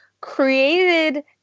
created